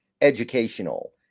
educational